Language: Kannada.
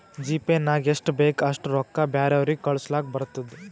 ಜಿಪೇ ನಾಗ್ ಎಷ್ಟ ಬೇಕ್ ಅಷ್ಟ ರೊಕ್ಕಾ ಬ್ಯಾರೆವ್ರಿಗ್ ಕಳುಸ್ಲಾಕ್ ಬರ್ತುದ್